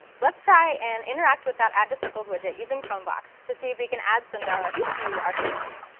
let's try and interact with that add to circles widget using chromevox to see if we can add sundar to our circles.